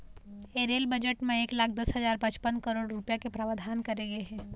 ए rail budget म एक लाख दस हजार पचपन करोड़ रूपिया के प्रावधान करे गे हे